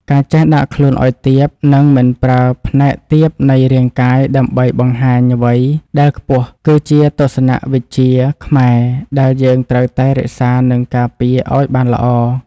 ការចេះដាក់ខ្លួនឱ្យទាប និង មិនប្រើផ្នែកទាបនៃរាងកាយដើម្បីបង្ហាញអ្វីដែលខ្ពស់គឺជាទស្សនៈវិជ្ជាខ្មែរដែលយើងត្រូវតែរក្សានិងការពារឱ្យបានល្អ។